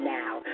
now